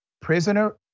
prisoner